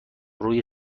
روی